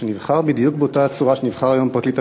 שנבחר בדיוק בצורה שנבחר היום פרקליט המדינה,